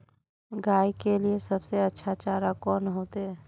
गाय के लिए सबसे अच्छा चारा कौन होते?